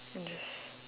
and just